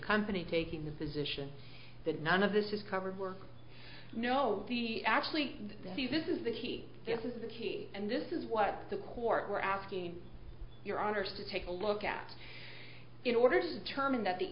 company taking the position that none of this is covered work no the actually the this is the key this is the key and this is what the court were asking your honor so take a look at in order to determine that the